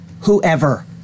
whoever